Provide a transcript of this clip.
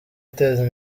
guteza